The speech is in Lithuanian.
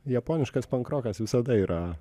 japoniškas pankrokas visada yra